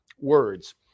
words